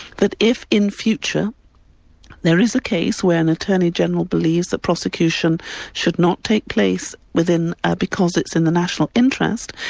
that if in future there is a case where an attorney-general believes that prosecution should not take place ah because it's in the national interest,